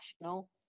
national